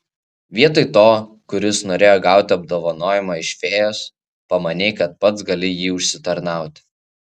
vietoj to kuris norėjo gauti apdovanojimą iš fėjos pamanei kad pats gali jį užsitarnauti